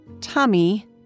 Tummy